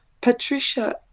Patricia